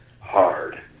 hard